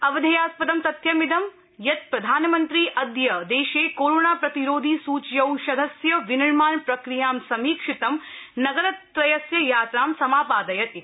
अवधेयास्पदं तथ्यमिदं यत् प्रधानमन्त्री अद्य देशे कोरोना प्रतिरोधी सूच्यौषधस्य विनिर्माण प्रक्रियां समीक्षितं नगरत्रयस्य यात्रां समापादयत् इति